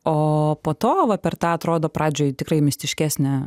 o po to va per tą atrodo pradžioj tikrai mistiškesnę